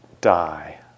die